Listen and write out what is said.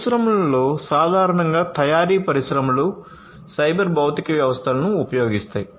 పరిశ్రమలో సాధారణంగా తయారీ పరిశ్రమలు సైబర్ భౌతిక వ్యవస్థలను ఉపయోగిస్తాయి